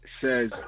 says